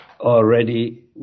already